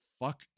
fuck